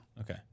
Okay